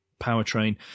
powertrain